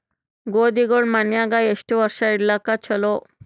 ಗೋಧಿಗಳು ಮನ್ಯಾಗ ಎಷ್ಟು ವರ್ಷ ಇಡಲಾಕ ಚಲೋ?